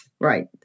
right